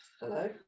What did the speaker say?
hello